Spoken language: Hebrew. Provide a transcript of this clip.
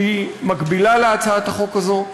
שהיא מקבילה להצעת החוק הזאת.